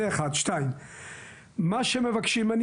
מה שמבקשים,